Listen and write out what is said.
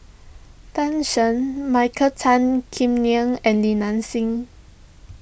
Tan Shen Michael Tan Kim Nei and Li Nanxing